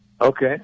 Okay